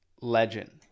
legend